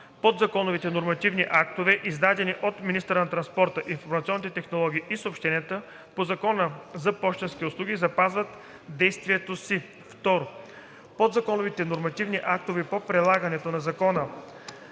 Подзаконовите нормативни актове, издадени от министъра на транспорта, информационните технологии и съобщенията по Закона за пощенските услуги, запазват действието си. (2) Подзаконовите нормативни актове по прилагането на закона